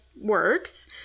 works